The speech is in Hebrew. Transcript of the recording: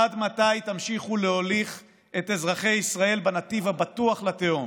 עד מתי תמשיכו להוליך את אזרחי ישראל בנתיב הבטוח לתהום?